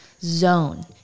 zone